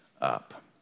up